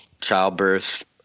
childbirth